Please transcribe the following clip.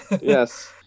Yes